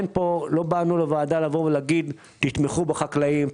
לא באנו לוועדה כדי להגיד שתתמכו בחקלאים,